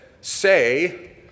say